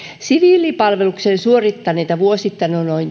siviilipalveluksen suorittaneita on vuosittain noin